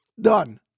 done